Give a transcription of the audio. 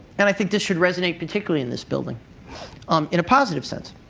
and i think this should resonate particularly in this building in a positive sense